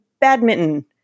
badminton